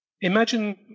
imagine